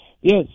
Yes